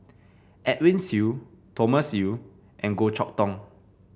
Edwin Siew Thomas Yeo and Goh Chok Tong